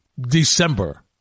December